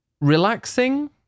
relaxing